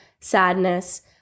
sadness